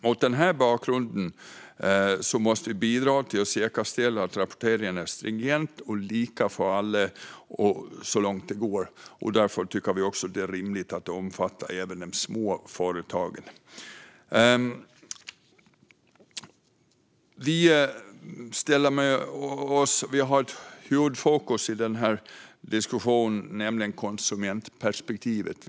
Mot den här bakgrunden måste vi bidra till att säkerställa att rapporteringen är stringent och lika för alla så långt det går. Därför tycker vi att det är rimligt att detta också omfattar de små företagen. Vårt huvudfokus i den här diskussionen är konsumentperspektivet.